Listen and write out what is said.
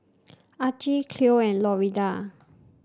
Archie Cleo and Lorinda